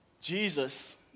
Jesus